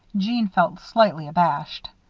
jeanne felt slightly abashed.